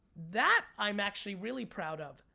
that i'm actually really proud of,